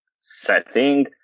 setting